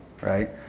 right